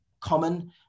common